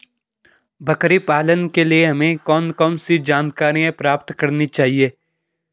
बकरी पालन के लिए हमें कौन कौन सी जानकारियां प्राप्त करनी चाहिए?